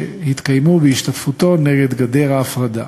שהתקיימו בהשתתפותו נגד גדר ההפרדה.